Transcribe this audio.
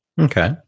Okay